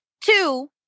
Two